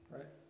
Right